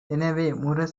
எனவேமுர